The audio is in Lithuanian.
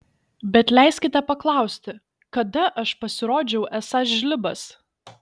bet leiskite paklausti kada aš pasirodžiau esąs žlibas